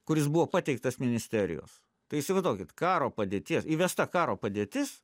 kuris buvo pateiktas ministerijos tai įsivaizduokit karo padėties įvesta karo padėtis